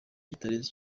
kitarenze